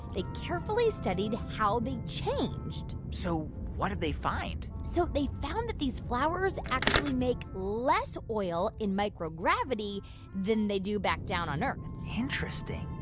they carefully studied how they changed so what did they find? so they found that these flowers actually make less oil in microgravity than they do back down on earth. interesting.